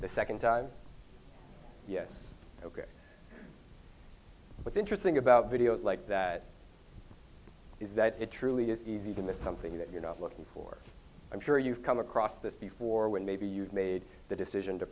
the second time yes ok what's interesting about videos like that is that it truly is easy to miss something that you're not looking for i'm sure you've come across this before when maybe you've made the decision to